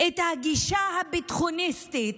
הגישה הביטחוניסטית,